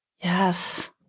Yes